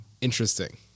Interesting